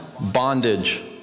bondage